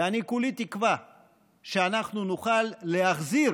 ואני כולי תקווה שאנחנו נוכל להחזיר